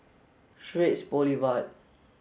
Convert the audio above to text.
Straits Boulevard